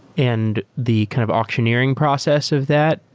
and the kind of auctioneering process of that,